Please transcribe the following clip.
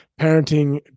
parenting